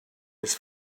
his